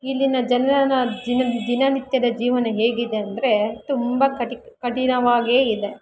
ಇಲ್ಲಿನ ಜನರ ದಿನ ದಿನನಿತ್ಯದ ಜೀವನ ಹೇಗಿದೆ ಅಂದರೆ ತುಂಬ ಕಠಿ ಕಠಿಣವಾಗೇ ಇದೆ